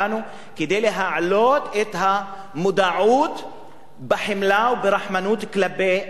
כדי להעלות את המודעות לחמלה ולרחמנות כלפי בעלי-החיים.